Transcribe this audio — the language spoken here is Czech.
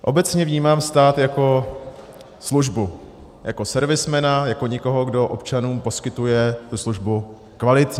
Obecně vnímám stát jako službu, jako servismana, jako někoho, kdo občanům poskytuje tu službu kvalitní.